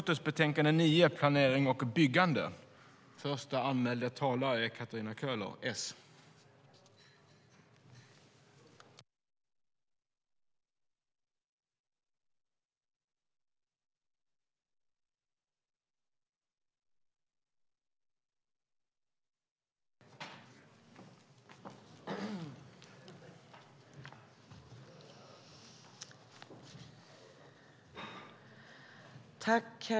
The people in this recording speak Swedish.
Herr talman!